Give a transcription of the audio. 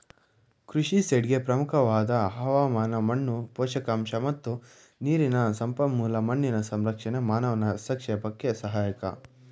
ಕೃಷಿ ಸೈಟ್ಗೆ ಪ್ರಮುಖವಾದ ಹವಾಮಾನ ಮಣ್ಣು ಪೋಷಕಾಂಶ ಮತ್ತು ನೀರಿನ ಸಂಪನ್ಮೂಲ ಮಣ್ಣಿನ ಸಂರಕ್ಷಣೆ ಮಾನವನ ಹಸ್ತಕ್ಷೇಪಕ್ಕೆ ಸಹಾಯಕ